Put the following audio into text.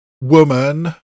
woman